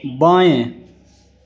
बाएँ